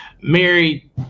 Mary